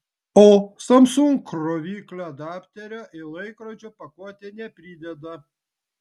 o samsung kroviklio adapterio į laikrodžio pakuotę neprideda